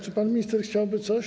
Czy pan minister chciałby coś.